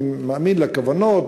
אני מאמין לכוונות,